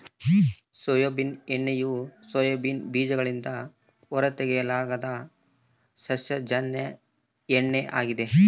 soybean ಎಣ್ಣೆಯು soybean ಬೀಜಗಳಿಂದ ಹೊರತೆಗೆಯಲಾದ ಸಸ್ಯಜನ್ಯ ಎಣ್ಣೆ ಆಗಿದೆ